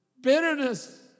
bitterness